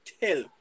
tell